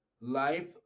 Life